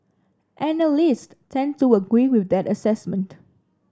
analyst tend to agree with that assessment